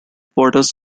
border